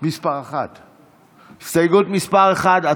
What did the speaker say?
מירי מרים רגב,